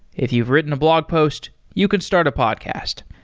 if you've written a blog post, you can start a podcast.